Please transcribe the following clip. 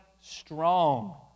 strong